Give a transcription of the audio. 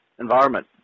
environment